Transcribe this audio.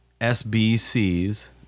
SBCs